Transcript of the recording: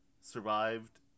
survived